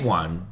one